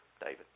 David